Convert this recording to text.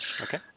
Okay